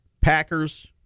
Packers